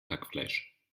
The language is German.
hackfleisch